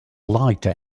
lighter